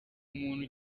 umuntu